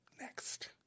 next